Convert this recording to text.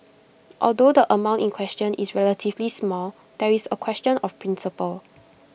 although the amount in question is relatively small there is A question of principle